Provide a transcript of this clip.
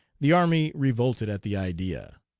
the army revolted at the idea.